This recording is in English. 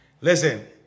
Listen